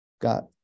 got